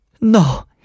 No